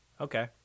Okay